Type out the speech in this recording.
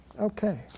Okay